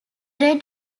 red